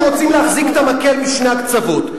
אתם רוצים להחזיק את המקל בשני הקצוות.